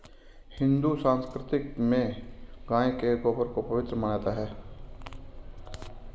हिंदू संस्कृति में गाय के गोबर को पवित्र माना जाता है